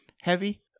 heavy